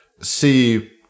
see